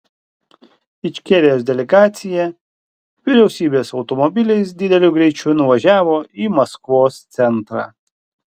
ičkerijos delegacija vyriausybės automobiliais dideliu greičiu nuvažiavo į maskvos centrą